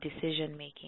decision-making